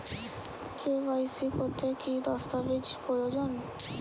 KYC করতে কি দস্তাবেজ প্রয়োজন?